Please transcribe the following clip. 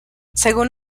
según